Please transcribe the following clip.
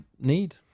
need